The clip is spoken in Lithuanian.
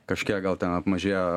kažkiek gal ten apmažėjo